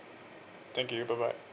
thank you bye bye